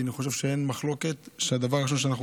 כי אני חושב שאין מחלוקת שהדבר הראשון שאנחנו